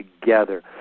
together